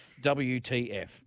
WTF